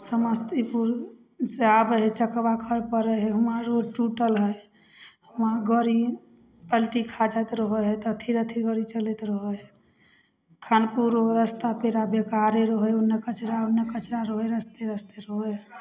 समस्तीपुरसँ आबै हइ चकबा खरपर रहै वहाँ रोड टुटल हइ आओर वहाँ गाड़ी पलटी खा जाएत रहै हइ तऽ धीरे धीरे गाड़ी चलैत रहै हइ खानपुरोके रास्ता पेड़ा बेकारे रहै ओन्ने कचरा ओन्ने कचरा रहै रस्ते रस्ते रहै हइ